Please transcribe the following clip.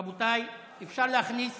רבותיי, אפשר להכניס